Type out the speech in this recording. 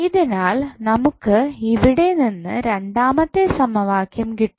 ഇതിനാൽ നമുക്ക് എവിടെ നിന്ന് രണ്ടാമത്തെ സമവാക്ക്യം കിട്ടും